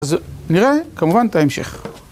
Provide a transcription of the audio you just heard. אז נראה כמובן את ההמשך.